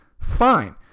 Fine